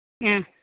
ഏ